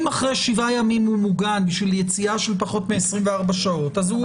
אם אחרי שבעה ימים הוא מוגן בשביל יציאה של פחות מ-24 שעות אז הוא